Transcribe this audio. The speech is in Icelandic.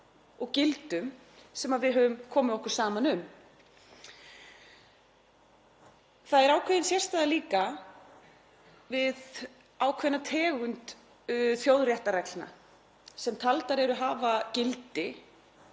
og gildum sem við höfum komið okkur saman um. Það er ákveðin sérstaða líka við ákveðna tegund þjóðréttarreglna sem taldar eru hafa gildi